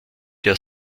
der